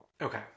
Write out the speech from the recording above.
Okay